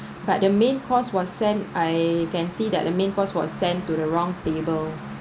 but the main course was sent I can see that the main course was sent to the wrong table